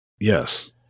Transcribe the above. Yes